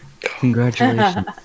Congratulations